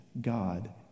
God